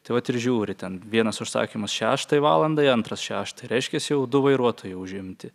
tai vat ir žiūri ten vienas užsakymas šeštai valandai antras šeštai reiškiasi jau du vairuotojai jau užimti